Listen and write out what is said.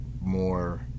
more